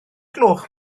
gloch